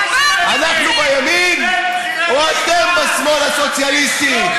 אנחנו בימין או אתם בשמאל הסוציאליסטי?